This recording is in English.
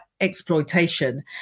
exploitation